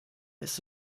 ist